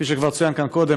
כפי שכבר צוין כאן קודם,